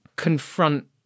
confront